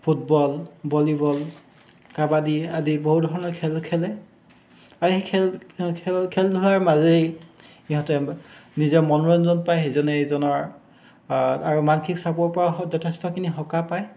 football volleyball kabaddi আদি বহু ধৰণৰ খেল খেলে আৰু সেই খেল খেল খেলা ধূলাৰ মাজেৰেই সিহঁতে নিজৰ মনোৰঞ্জন পায় সিজনে ইজনৰ আৰু মানসিক চাপৰ পৰাও যথেষ্টখিনি সকাহ পায়